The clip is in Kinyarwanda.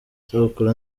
isabukuru